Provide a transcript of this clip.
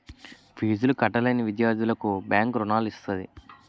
ఫీజులు కట్టలేని విద్యార్థులకు బ్యాంకు రుణాలు ఇస్తది